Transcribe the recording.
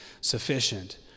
sufficient